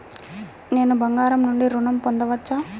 నేను బంగారం నుండి ఋణం పొందవచ్చా?